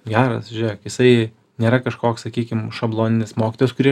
geras žiūrėk jisai nėra kažkoks sakykim šabloninis mokytojas kurį